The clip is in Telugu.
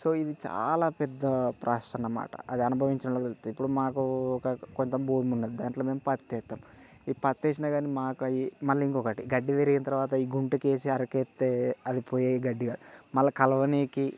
సో ఇది చాలా పెద్ద ప్రాసెస్ అన్నమాట అది అనుభవించిన్ వాళ్ళకి తెలుస్తుంది అన్నమాట ఇప్పుడు మాకు కొంత భూమి ఉన్నది అందులో మేము పత్తి వేస్తాం ఈ పత్తి వేసినా కానీ మళ్ళీ ఇంకొకటి గడ్డి పెరిగిన తర్వాత గుంటికేసి ఆరకు వేస్తే అది పోయే గడ్డి కాదు మళ్ళా కలవనీకి